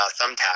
Thumbtack